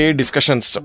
discussions